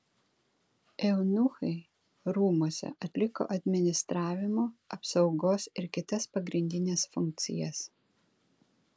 eunuchai rūmuose atliko administravimo apsaugos ir kitas pagrindines funkcijas